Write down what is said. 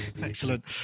Excellent